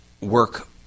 work